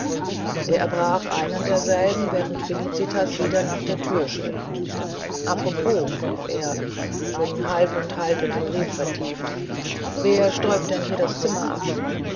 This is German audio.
er erbrach einen derselben während felicitas wieder nach der thür zu schritt apropos rief er schon halb und halb in den brief vertieft wer stäubt denn hier im zimmer ab